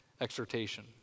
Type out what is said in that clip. exhortation